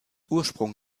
ursprung